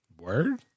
Word